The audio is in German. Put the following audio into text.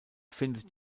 findet